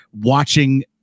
watching